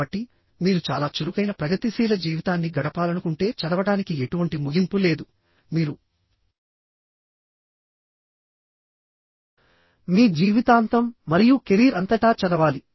కాబట్టిమీరు చాలా చురుకైన ప్రగతిశీల జీవితాన్ని గడపాలనుకుంటేచదవడానికి ఎటువంటి ముగింపు లేదుమీరు మీ జీవితాంతం మరియు కెరీర్ అంతటా చదవాలి